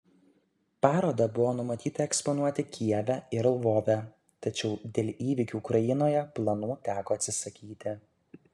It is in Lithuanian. parodą buvo numatyta eksponuoti kijeve ir lvove tačiau dėl įvykių ukrainoje planų teko atsisakyti